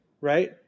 right